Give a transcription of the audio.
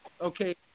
okay